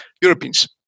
Europeans